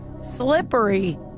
slippery